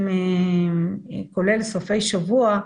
כולל סופי שבוע,